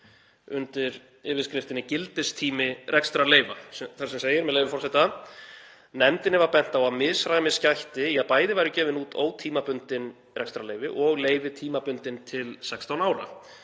undir yfirskriftinni: Gildistími rekstrarleyfa, þar sem segir, með leyfi forseta: „Nefndinni var bent á að misræmis gætti í að bæði væru gefin út ótímabundin rekstrarleyfi og leyfi tímabundin til sextán ára.